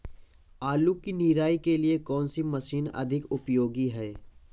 आलू की निराई के लिए कौन सी मशीन अधिक उपयोगी है?